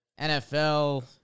NFL